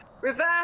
reverse